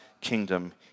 kingdom